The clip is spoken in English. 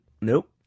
Nope